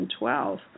2012